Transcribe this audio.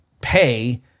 pay